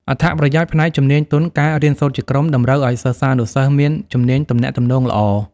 អត្ថប្រយោជន៍ផ្នែកជំនាញទន់ការរៀនសូត្រជាក្រុមតម្រូវឲ្យសិស្សានុសិស្សមាន ជំនាញទំនាក់ទំនង ល្អ។